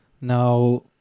Now